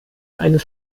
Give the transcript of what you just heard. eines